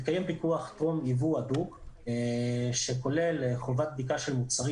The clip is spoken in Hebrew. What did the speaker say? מתקיים פיקוח טרום ייבוא הדוק שכולל חובת בדיקה של מוצרים.